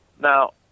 Now